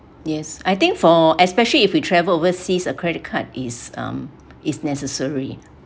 yes I think for especially if you travel overseas a credit card is um is necessary